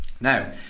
Now